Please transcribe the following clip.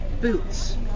boots